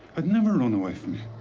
i'd never run away from you.